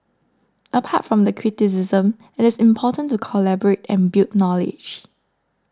apart from the criticism it is important to collaborate and build knowledge